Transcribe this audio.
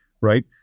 right